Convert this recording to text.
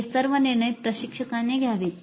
हे सर्व निर्णय प्रशिक्षकाने घ्यावेत